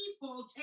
people